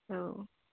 औ